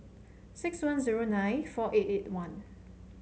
six one zero nine four eight eight one